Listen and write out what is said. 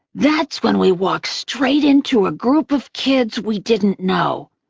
that's when we walked straight into a group of kids we didn't know.